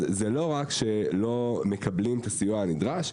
לא רק שלא מקבלים את הסיוע הנדרש,